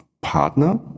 partner